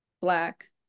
black